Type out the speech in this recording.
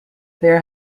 there